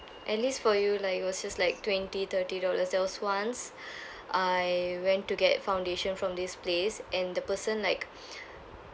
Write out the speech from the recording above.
at least for you lah it was just like twenty thirty dollars there was once I went to get foundation from this place and the person like